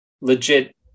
legit